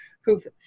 who've